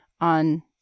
on